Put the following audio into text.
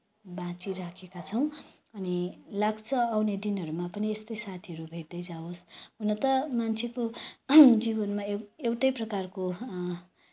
बाँचिराखेका छौँ अनि लाग्छ आउने दिनहरूमा पनि यस्तै साथीहरू भेट्दै जाओस् हुन त मान्छेको जीवनमा एउटै प्रकारको